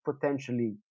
potentially